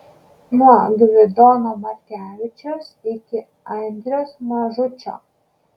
nuo gvidono markevičiaus iki andriaus mažučio